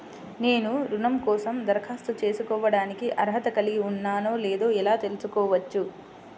నేను రుణం కోసం దరఖాస్తు చేసుకోవడానికి అర్హత కలిగి ఉన్నానో లేదో ఎలా తెలుసుకోవచ్చు?